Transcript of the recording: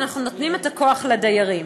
אנחנו נותנים את הכוח לדיירים.